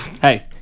Hey